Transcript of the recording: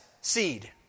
seed